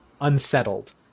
unsettled